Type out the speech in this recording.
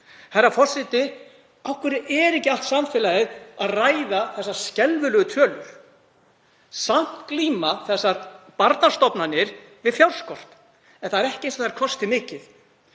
Herra forseti. Af hverju er ekki allt samfélagið að ræða þessar skelfilegu tölur? Samt glíma þessar barnastofnanir við fjárskort en það er ekki eins og þær kosti mikið.